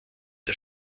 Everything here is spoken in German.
der